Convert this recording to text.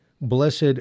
Blessed